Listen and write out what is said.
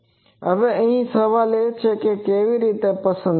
હવે અહીં સવાલ એ છે કે કેવી રીતે પસંદ કરવું